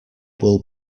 will